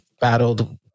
battled